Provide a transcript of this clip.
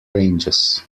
ranges